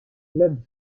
clubs